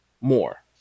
more